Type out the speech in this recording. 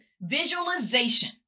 visualization